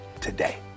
today